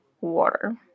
water